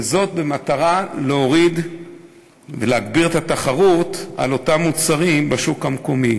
וזאת במטרה להוריד ולהגביר את התחרות על אותם מוצרים בשוק המקומי.